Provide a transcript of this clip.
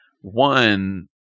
one